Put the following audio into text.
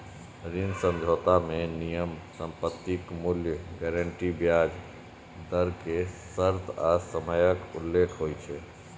ऋण समझौता मे नियम, संपत्तिक मूल्य, गारंटी, ब्याज दर के शर्त आ समयक उल्लेख होइ छै